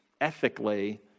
ethically